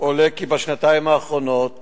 עולה כי בשנתיים האחרונות